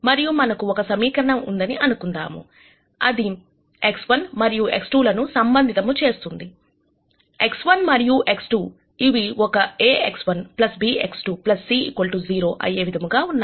మరియు మనకు ఒక సమీకరణం ఉందని అనుకుందాము అది X1 మరియు X2 లను సంబంధితము చేస్తుంది X1 మరియు X2 ఇవి ఒక aX1bX2c0 అయ్యే విధముగా ఉన్నాయి